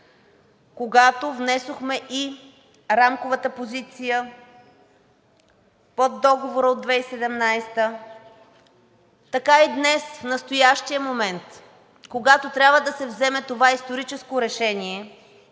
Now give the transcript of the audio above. когато внесохме и Рамковата позиция под Договора от 2017 г., така и днес, в настоящия момент, когато трябва да се вземе това историческо решение,